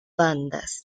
bandas